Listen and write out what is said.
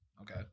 Okay